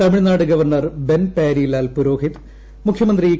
Tamil Nadu governor ബൻപ്യാരിലാൽ Purohit മുഖ്യമന്ത്രി E